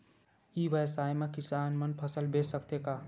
ई व्यवसाय म किसान मन फसल बेच सकथे का?